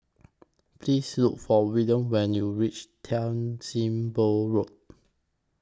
Please Look For Wiliam when YOU REACH Tan SIM Boh Road